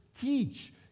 teach